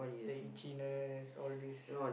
the itchiness all these